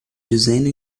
dizendo